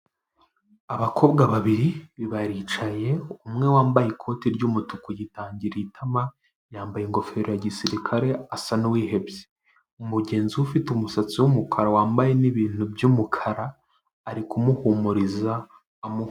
Abakobwa babiri baricaye, umwe wambaye ikote ry'umutuku yitangiriye itama yambaye ingofero ya gisirikare asa n'uwihebye, mugenzi we ufite umusatsi w'umukara wambaye n'ibintu by'umukara ari kumuhumuriza amuha...